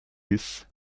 bis